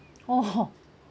oh